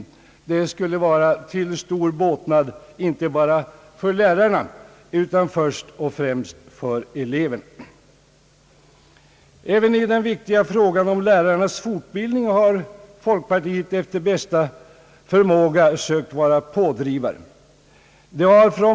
Det skulle vara till stor båtnad, inte bara för lärarna utan först och främst för eleverna. Även i den viktiga frågan om lärarnas fortbildning har folkpartiet efter bästa förmåga sökt vara pådrivare.